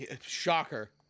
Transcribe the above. Shocker